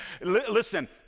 listen